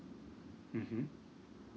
mmhmm